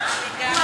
מה?